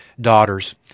daughters